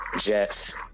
Jets